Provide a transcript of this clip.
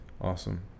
Awesome